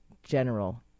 general